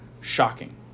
shocking